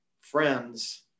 friends